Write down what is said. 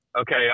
okay